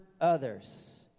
others